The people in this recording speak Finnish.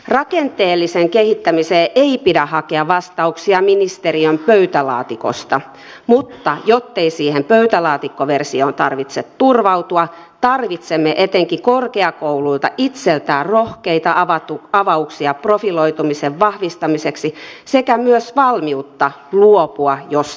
rakenteelliseen kehittämiseen ei pidä hakea vastauksia ministeriön pöytälaatikosta mutta jottei siihen pöytälaatikkoversioon tarvitse turvautua tarvitsemme etenkin korkeakouluilta itseltään rohkeita avauksia profiloitumisen vahvistamiseksi sekä myös valmiutta luopua jostain